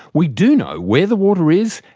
we do know where the water is,